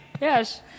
Yes